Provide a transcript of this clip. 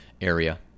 area